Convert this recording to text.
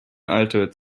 altered